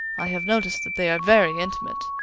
i have noticed that they are very intimate,